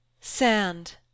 Sand